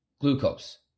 glucose